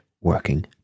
working